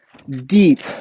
deep